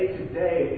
today